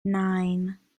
nine